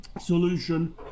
solution